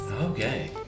Okay